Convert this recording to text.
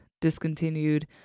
discontinued